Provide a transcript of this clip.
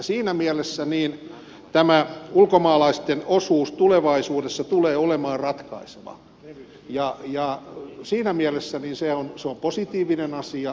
siinä mielessä tämä ulkomaalaisten osuus tulevaisuudessa tulee olemaan ratkaiseva ja siinä mielessä se on positiivinen asia